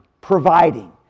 providing